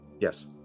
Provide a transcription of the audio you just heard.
yes